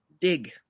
dig